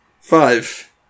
Five